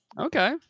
Okay